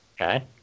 Okay